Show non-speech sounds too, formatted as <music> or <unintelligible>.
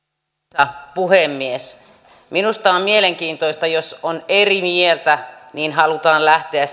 arvoisa puhemies minusta on mielenkiintoista että jos on eri mieltä niin halutaan lähteä <unintelligible>